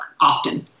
often